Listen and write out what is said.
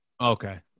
Okay